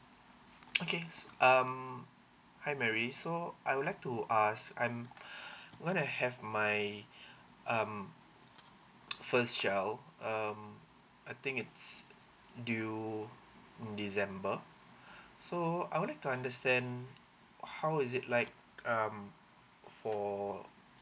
okay so um hi mary so I would like to ask I'm when I have my um first child um I think it's due in december so I would like to understand how is it like um for